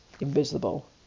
invisible